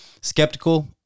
skeptical